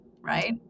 right